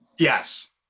Yes